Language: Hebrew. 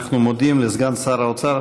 אנחנו מודים לסגן שר האוצר